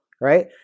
right